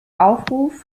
aufruf